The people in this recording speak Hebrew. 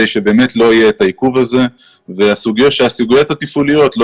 שבאמת לא יהיה את העיכוב הזה ושהסוגיות התפעוליות או